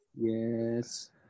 Yes